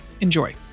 Enjoy